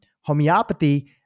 homeopathy